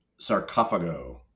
Sarcophago